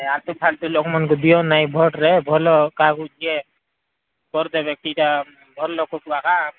ଏ ଆଲତୁ ଫାଲତୁ ଲୋକ ମାନକୁଁ ଦିଅ ନାଇଁ ଭୋଟ୍ରେ ଭଲ କାହାକୁ କିଏ କରଦେବେ ଏଟା ଭଲ ଲୋକଙ୍କୁ ଏକା